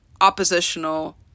oppositional